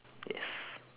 yes